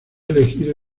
elegido